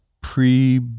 pre